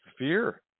Fear